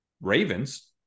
ravens